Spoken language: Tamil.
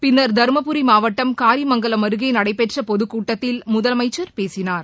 பின்னா் தருமபுரி மாவட்டம் காரிமங்கலம் அருகே நடைபெற்ற பொதுக்கூட்டத்தில் முதலமைச்சர் பேசினார்